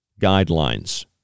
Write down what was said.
guidelines